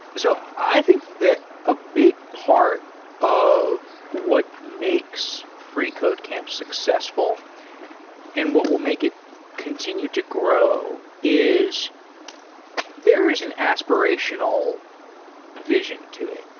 so i think that a big part of what makes freecodecamp successful and what will make it continue to grow is there is an aspirational vision to it,